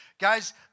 Guys